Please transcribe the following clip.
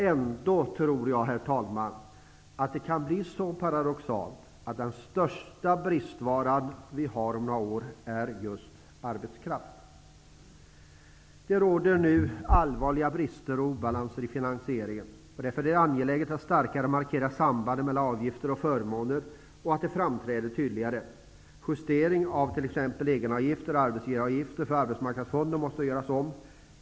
Ändå tror jag, herr talman, att det kan bli så paradoxalt att den största bristvara vi har om några år är just arbetskraft! Det råder nu allvarliga brister och obalanser i finansieringen. Därför är det angeläget att starkare markera sambanden mellan avgifter och förmåner, och det bör framträda tydligare. Justering av t.ex. Arbetsmarknadsfonden måste göras.